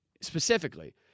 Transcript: specifically